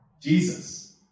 Jesus